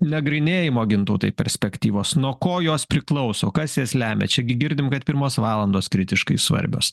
nagrinėjimo gintautai perspektyvos nuo ko jos priklauso kas jas lemia čia gi girdim kad pirmos valandos kritiškai svarbios